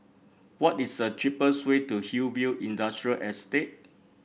what is the cheapest way to Hillview Industrial Estate